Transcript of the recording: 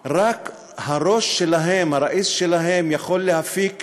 רק הראש שלהם, רק הראיס שלהם, יכול להרוויח